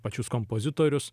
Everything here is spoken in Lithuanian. pačius kompozitorius